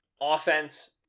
offense